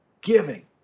giving